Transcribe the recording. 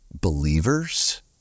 believers